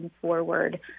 forward